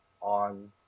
on